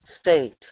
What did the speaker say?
state